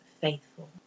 faithful